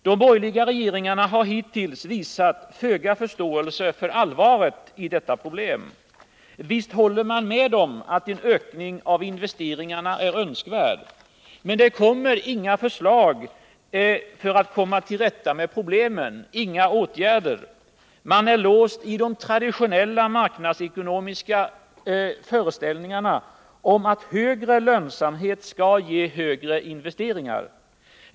De borgerliga regeringarna har hittills visat föga förståelse för allvaret i detta problem. Visst håller man med om att en ökning av investeringarna är önskvärd. Men det kommer inga förslag för att komma till rätta med problemen, inga åtgärder. Man är låst i de traditionella marknadsekonomiska föreställningarna om att högre lönsamhet skall ge högre investeringar.